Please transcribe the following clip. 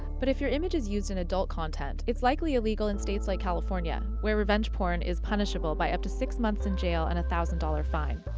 but if your image is used in adult content, it's likely illegal in states like california, where revenge porn is punishable by up to six months in jail and a one thousand dollars fine.